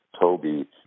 Toby